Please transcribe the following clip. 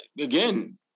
again